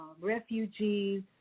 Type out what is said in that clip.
refugees